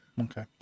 Okay